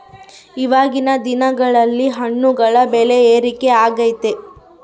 ಇವಾಗಿನ್ ದಿನಗಳಲ್ಲಿ ಹಣ್ಣುಗಳ ಬೆಳೆ ಏರಿಕೆ ಆಗೈತೆ